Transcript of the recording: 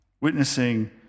Witnessing